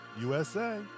USA